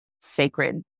sacred